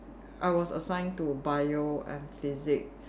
I was assigned to Bio and Physics